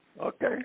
Okay